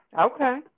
Okay